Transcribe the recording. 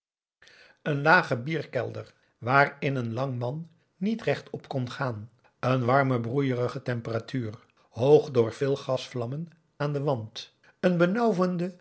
een lage bierkelder waarin een lang man niet rechtop kon gaan een warme broeiige temperatuur hoog door veel gasvlammen aan den wand een